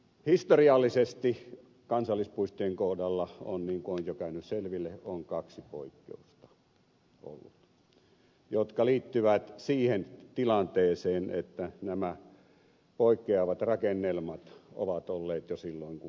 historiallisesti kansallispuistojen kohdalla niin kuin on käynyt jo selville on ollut kaksi poikkeusta jotka liittyvät siihen tilanteeseen että nämä poikkeavat rakennelmat ovat olleet jo silloin kun perustamispäätös on tehty